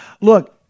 Look